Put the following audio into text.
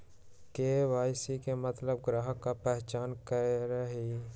KYC के मतलब ग्राहक का पहचान करहई?